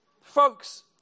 folks